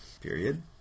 Period